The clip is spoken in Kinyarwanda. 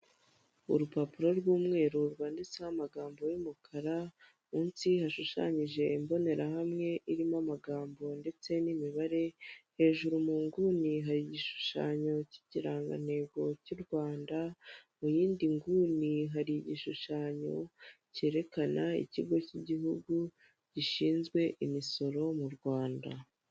Urupapuro rw'umweru rwanditseho amagambo y'umukara, munsi hashushanyije imbonerahamwe irimo amagambo ndetse n'imibare. Hejuru mu nguni hari igishushanyo cy'ikiranganteko cy'u Rwanda. Mu yindi nguni hari igishushanyo cyerekana Ikigo cy'Igihugu gishinzwe Imusoro mu Rwanda.